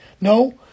No